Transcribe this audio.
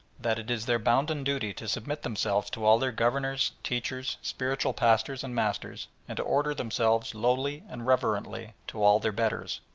that it is their bounden duty to submit themselves to all their governors, teachers, spiritual pastors and masters, and to order themselves lowly and reverently to all their betters.